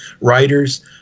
writers